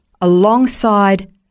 alongside